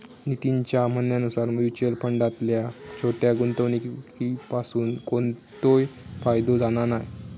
नितीनच्या म्हणण्यानुसार मुच्युअल फंडातल्या छोट्या गुंवणुकीपासून कोणतोय फायदो जाणा नाय